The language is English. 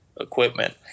equipment